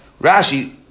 Rashi